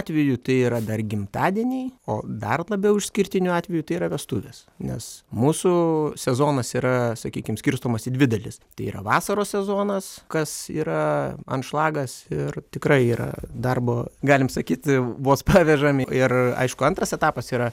atveju tai yra dar gimtadieniai o dar labiau išskirtiniu atveju tai yra vestuvės nes mūsų sezonas yra sakykim skirstomas į dvi dalis tai yra vasaros sezonas kas yra anšlagas ir tikrai yra darbo galim sakyt vos pavežam ir aišku antras etapas yra